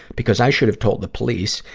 because i should have told the police,